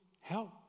help